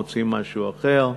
מוצאים משהו אחר,